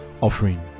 offering